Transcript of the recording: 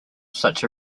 such